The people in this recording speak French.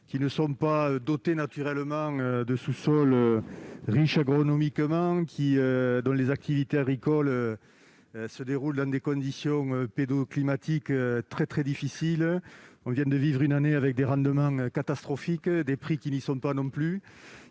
qui ne sont pas dotés naturellement de sous-sols riches d'un point de vue agronomique et dont les activités agricoles se déroulent dans des conditions pédoclimatiques très difficiles. Nous venons de vivre une année avec des rendements catastrophiques et des prix qui ne sont pas au